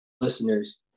listeners